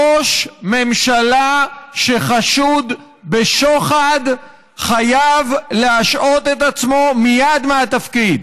ראש ממשלה שחשוד בשוחד חייב להשעות את עצמו מייד מהתפקיד.